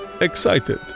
Excited